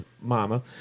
Mama